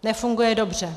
Nefunguje dobře.